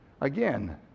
Again